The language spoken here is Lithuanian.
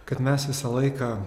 kad mes visą laiką